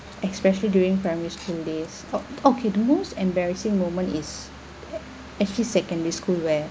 especially during primary school days o~ okay the most embarrassing moment is actually secondary school where